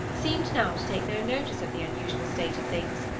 seemed now to take no notice of the unusual state of things,